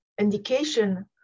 indication